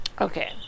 Okay